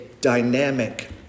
dynamic